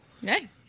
Hey